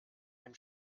dem